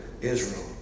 Israel